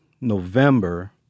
November